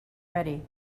ready